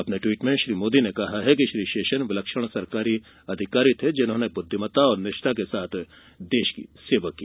अपने ट्वीट में श्री मोदी ने कहा है कि श्री शेषन विलक्षण सरकारी अधिकारी थे जिन्होंने बुद्धिमत्ता और निष्ठा के साथ देश की सेवा की